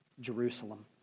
Jerusalem